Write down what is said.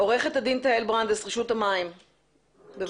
עורכת הדין תהל ברנדס, רשות המים, בבקשה.